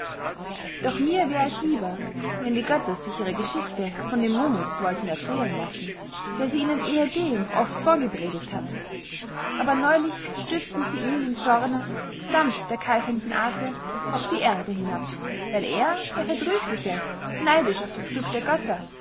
doch mir wär es lieber wenn die götter sich ihre geschichte von dem momus wollten erzehlen lassen der sie ihnen ehedem oft vorgepredigt hat aber neulich stürzten sie ihn im zorne samt der keifenden ate auf die erde hinab weil er der verdrüßliche neidisch auf das glück der götter